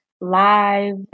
live